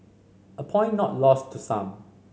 a point not lost to some